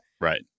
right